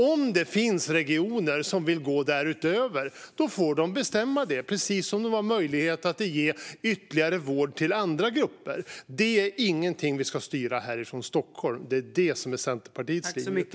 Om det finns regioner som vill gå därutöver får de bestämma det, precis som de har möjlighet att ge ytterligare vård till andra grupper. Det är inte något som vi ska styra härifrån Stockholm. Detta är Centerpartiets linje.